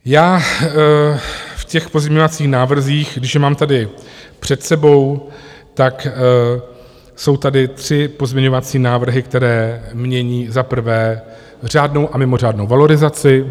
V těch pozměňovacích návrzích, které mám tady před sebou, jsou tři pozměňovací návrhy, které mění, za prvé, řádnou a mimořádnou valorizaci.